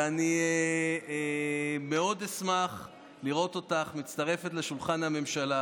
אני מאוד אשמח לראות אותך מצטרפת לשולחן הממשלה.